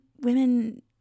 women